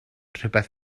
rhywbeth